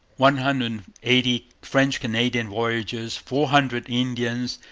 one hundred and eighty french-canadian voyageurs, four hundred indians,